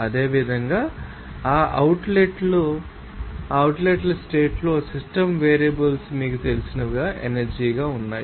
అదేవిధంగా ఆ outlet state లో సిస్టమ్ వేరియబుల్స్ మీకు తెలిసినవి ఎనర్జీ గా ఉన్నాయి